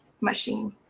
machine